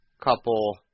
couple